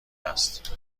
است